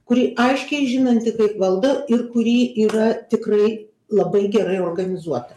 kuri aiškiai žinanti kaip valdo ir kuri yra tikrai labai gerai organizuota